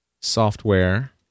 software